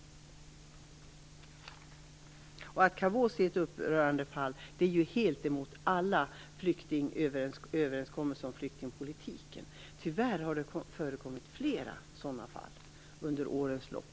Fallet Karroosi är upprörande - det strider mot alla överenskommelser om flyktingpolitiken. Tyvärr har det förekommit flera sådana fall under årens lopp.